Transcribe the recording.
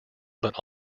but